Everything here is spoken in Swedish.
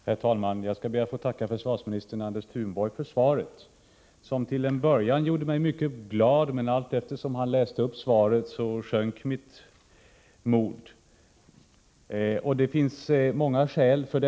Herr talman! Jag ber att få tacka försvarsminister Anders Thunborg för svaret, vilket till en början gjorde mig mycket glad. Men allteftersom försvarsministern läste upp svaret sjönk mitt mod. Det finns många skäl härtill.